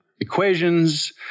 equations